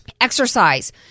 exercise